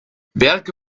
werke